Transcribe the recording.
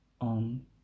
on